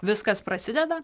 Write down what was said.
viskas prasideda